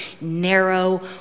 narrow